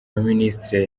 y’abaminisitiri